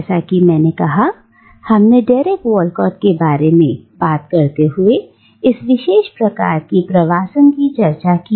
जैसा कि मैंने कहा हमने डेरेक वॉलकॉट के बारे में बात करते हुए इस विशेष प्रकार की प्रवासन की चर्चा की